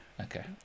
Okay